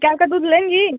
गाय का दूध लेंगी